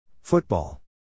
Football